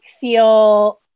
feel